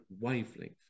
wavelength